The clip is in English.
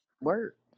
Work